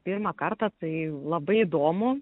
pirmą kartą tai labai įdomu